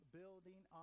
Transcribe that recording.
building